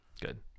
Good